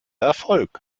erfolg